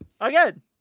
Again